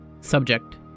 Subject